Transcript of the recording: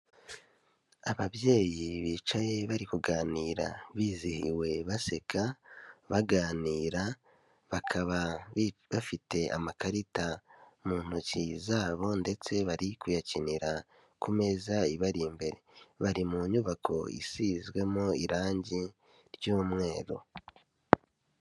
Ababyeyi bicaye bari kuganira, bizihiwe, baseka, baganira, bakaba bafite amakarita mu ntoki zabo ndetse bari kuyakinira ku meza iba imbere. Bari mu nyubako isizwemo irangi ry'umweru.